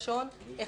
לשון,